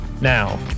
Now